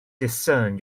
discern